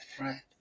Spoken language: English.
Right